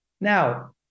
Now